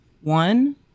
one